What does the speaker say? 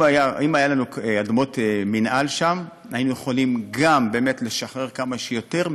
אם היו לנו אדמות מינהל שם היינו יכולים גם לשחרר כמה שיותר,